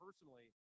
personally